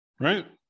Right